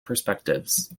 perspectives